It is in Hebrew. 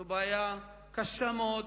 זו בעיה קשה מאוד.